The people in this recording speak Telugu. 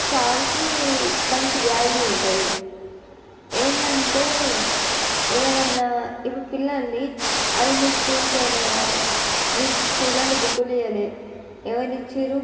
సార్కి మంచి వ్యాల్యూ ఉంటుంది ఏంటంటే ఎవరన్నా ఇప్పుడు పిల్లలని అరే నువ్వు స్కూల్కి పోయినావురా నీకు స్కూళ్ళలో బుక్కులు ఇవ్వలే ఎవరిచ్చిండ్రు